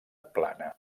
plana